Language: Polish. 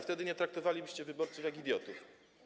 Wtedy nie traktowalibyście wyborców jak idiotów.